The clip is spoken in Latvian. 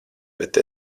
bet